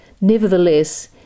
Nevertheless